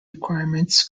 requirements